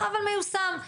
אבל מיושם,